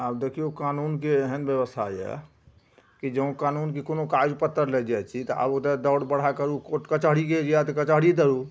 आब देखिऔ कानूनके एहन बेबस्था यऽ कि जँ कानून कि कोनो कागज पत्तर लै जाइ छी तऽ आब ओतए दौड़ बरहा करू कोर्ट कचहरीके यऽ तऽ कचहरी दौड़ू